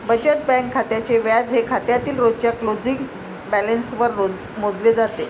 बचत बँक खात्याचे व्याज हे खात्यातील रोजच्या क्लोजिंग बॅलन्सवर रोज मोजले जाते